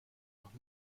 noch